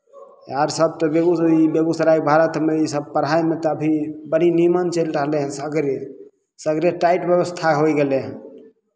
आरसभ तऽ बेगू ई बेगूसराय भारतमे इसभ पढ़ाइमे तऽ अभी बड़ी नीमन चलि रहलै हइ सगरे सगरे टाइट व्यवस्था होय गेलै हन